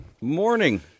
Morning